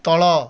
ତଳ